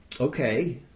Okay